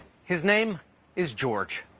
his name is george.